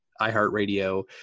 iHeartRadio